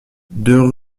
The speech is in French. deux